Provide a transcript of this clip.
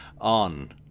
on